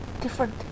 different